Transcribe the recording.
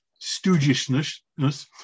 stoogishness